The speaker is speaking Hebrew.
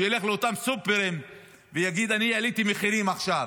שילך לאותם הסופרים ויגיד: אני העליתי מחירים עכשיו,